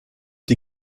die